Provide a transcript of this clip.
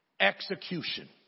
execution